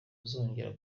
azongera